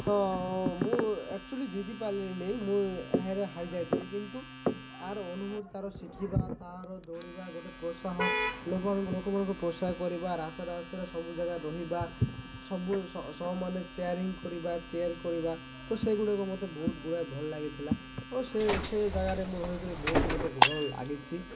ତ ମୁଁ ଏକ୍ଚୁଆଲି ଜିତିପାରିଲିନି ମୁଁ ହେରେ ହାରି ଯାଇଥିଲି କିନ୍ତୁ ତା'ର ଅନୁଭୁତି ତା'ର ଶିଖିବା ତା'ର ଦୌଡ଼ିବା ଗୋଟେ ପ୍ରୋତ୍ସାହ ଲୋକମାନ ଲୋକମାନଙ୍କୁ ପ୍ରୋତ୍ସାହ କରିବା ରାସ୍ତା ରାସ୍ତାରେ ସବୁ ଜାଗାରେ ରହିବା ସବୁ ସହମାନେ ଚିୟରିଙ୍ଗ କରିବା ଚିୟର୍ କରିବା ତ ସେଗୁଡ଼ାକ ମୋତେ ବହୁତଗୁଡ଼ାଏ ଭଲ ଲାଗିଥିଲା ଓ ସେ ସେ ଜାଗାରେ ମୁଁ ରହିକରି ବହୁତ ମୋତେ ଭଲ ଲାଗିଛି